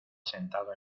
sentado